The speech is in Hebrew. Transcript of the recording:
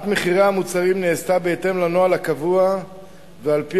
מחירי המוצרים נעשתה בהתאם לנוהל הקבוע ועל-פי